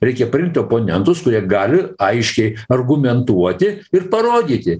reikia priimt oponentus kurie gali aiškiai argumentuoti ir parodyti